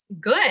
good